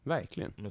Verkligen